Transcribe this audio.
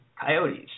coyotes